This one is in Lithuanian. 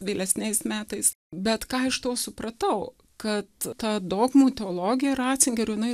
vėlesniais metais bet ką iš to supratau kad ta dogmų teologija ratzingerio na